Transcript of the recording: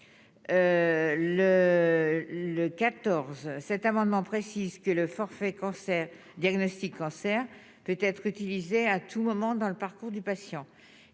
le. 14 cet amendement précise que le forfait cancer Diagnostic cancer peut être utilisé à tout moment dans le parcours du patient,